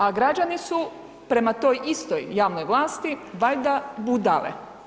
A građani su prema toj istoj javnoj vlasti, valjda budale.